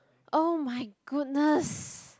oh my goodness